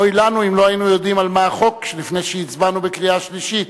אוי לנו אם לא היינו יודעים על מה החוק לפני שהצבענו בקריאה שלישית,